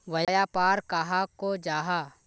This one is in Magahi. व्यापार कहाक को जाहा?